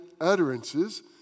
utterances